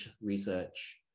research